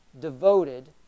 devoted